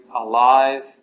alive